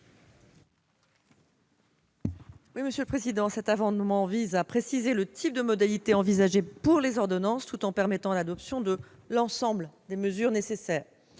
à Mme la ministre. Cet amendement vise à préciser le type de modalités envisagées pour les ordonnances, tout en permettant l'adoption de l'ensemble des mesures nécessaires.